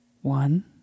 One